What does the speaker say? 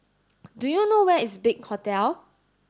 do you know where is Big Hotel